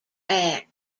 act